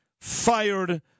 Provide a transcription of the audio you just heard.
fired